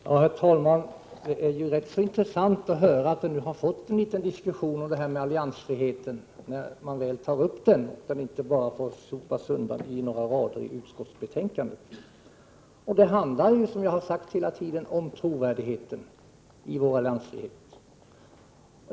Herr talman! Det är ganska intressant att konstatera att vi nu har fått en liten diskussion om alliansfriheten. Det är således bra att den diskussionen inte bara sopas undan med några rader i utskottsbetänkandet. Som jag hela tiden har sagt handlar det om trovärdigheten i fråga om vår alliansfrihet.